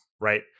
right